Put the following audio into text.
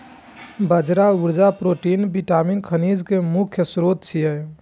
बाजरा ऊर्जा, protein, vitamin, खनिज के मुख्य स्रोत छियै